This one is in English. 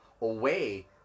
away